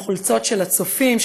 עם חולצות של הצופים,